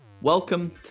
Welcome